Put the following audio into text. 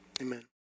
amen